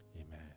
Amen